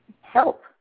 help